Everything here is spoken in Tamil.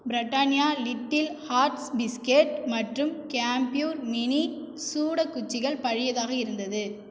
ப்ரட்டானியா லிட்டில் ஹார்ட்ஸ் பிஸ்கட் மற்றும் கேம்ப்யூர் மினி சூட குச்சிகள் பழையதாக இருந்தது